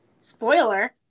Spoiler